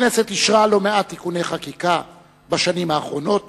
הכנסת אישרה לא מעט תיקוני חקיקה בשנים האחרונות.